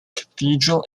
cathedral